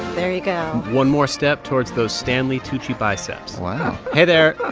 there you go one more step towards those stanley tucci biceps wow hey there.